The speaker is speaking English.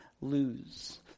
lose